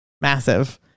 massive